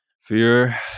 fear